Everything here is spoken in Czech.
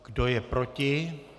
Kdo je proti?